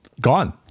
gone